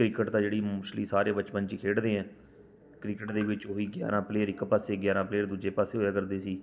cricket ਤਾਂ ਜਿਹੜੀ mostly ਸਾਰੇ ਬਚਪਨ 'ਚ ਹੀ ਖੇਡਦੇ ਹੈ ਕ੍ਰਿਕੇਟ ਦੇ ਵਿੱਚ ਉਹ ਹੀ ਗਿਆਰਾਂ ਪਲੇਅਰ ਇੱਕ ਪਾਸੇ ਗਿਆਰਾਂ ਪਲੇਅਰ ਦੂਜੇ ਪਾਸੇ ਹੋਇਆ ਕਰਦੇ ਸੀ